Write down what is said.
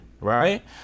right